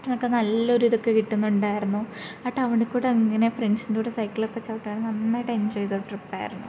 അതൊക്കെ നല്ലൊരു ഇതൊക്കെ കിട്ടുന്നുണ്ടായിരുന്നു ആ ടൗണിൽ കൂടി അങ്ങനെ ഫ്രണ്ട്സിൻ്റെ കൂടെ സൈക്കിളൊക്കെ ചവിട്ടാൻ നന്നായിട്ട് എൻജോയ് ചെയ്തൊരു ട്രിപ്പായിരുന്നു